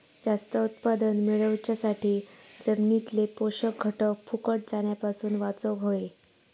जास्त उत्पादन मेळवच्यासाठी जमिनीतले पोषक घटक फुकट जाण्यापासून वाचवक होये